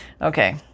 Okay